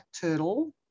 turtle